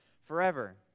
forever